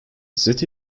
city